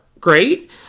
great